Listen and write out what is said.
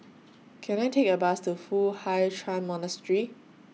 Can I Take A Bus to Foo Hai Ch'An Monastery